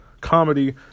comedy